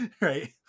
Right